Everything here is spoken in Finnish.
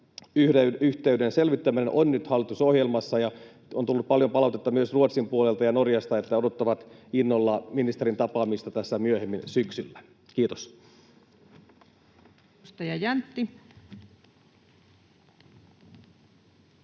yhteyden selvittäminen on nyt hallitusohjelmassa. On tullut paljon palautetta myös Ruotsin puolelta ja Norjasta, että odottavat innolla ministerin tapaamista tässä myöhemmin syksyllä. — Kiitos.